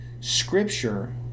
scripture